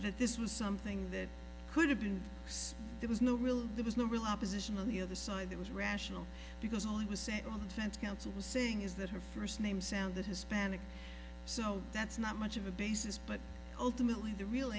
that this was something that could have been so there was no real there was no real opposition on the other side that was rational because all it was set on the defense counsel was saying is that her first name sounded hispanic so that's not much of a basis but ultimately the real